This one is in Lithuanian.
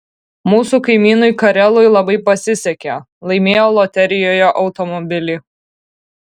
mūsų kaimynui karelui labai pasisekė laimėjo loterijoje automobilį